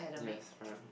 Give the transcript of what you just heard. yes very hard